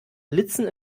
blitzen